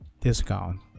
discount